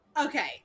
Okay